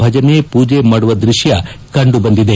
ಭಜನೆ ಪೂಜೆ ಮಾಡುವ ದೃಶ್ಯ ಕಂಡು ಬಂದಿದೆ